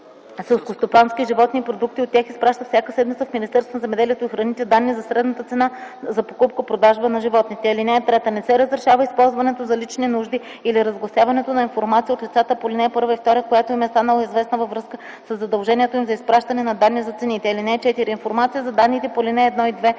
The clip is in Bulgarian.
селскостопански животни и продукти от тях изпращат всяка седмица в Министерството на земеделието и храните данни за средната цена за покупко-продажбата на животните. (3) Не се разрешава използването за лични нужди или разгласяването на информация от лицата по ал. 1 и 2, която им е станала известна във връзка със задължението им за изпращане на данни за цените. (4) Информация за данните по ал. 1 и 2